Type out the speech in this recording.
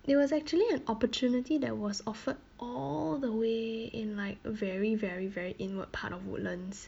there was actually an opportunity that was offered all the way in like very very very inward part of woodlands